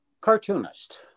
Cartoonist